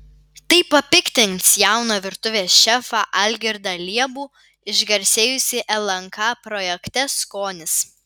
tai papiktins jauną virtuvės šefą algirdą liebų išgarsėjusį lnk projekte skonis